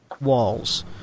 walls